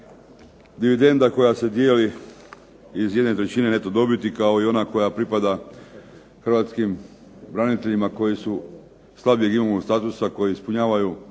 Dividenda koja se dijeli iz 1/3 neto dobiti kao i ona koja pripada hrvatskim braniteljima koji su slabijeg imovnog statusa, koji ispunjavaju